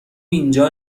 اینجا